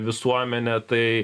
visuomenę tai